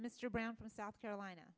mr brown from south carolina